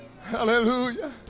Hallelujah